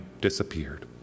disappeared